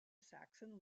saxon